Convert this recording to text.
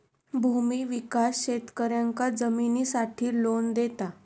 भूमि विकास शेतकऱ्यांका जमिनीसाठी लोन देता